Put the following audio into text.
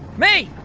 mae!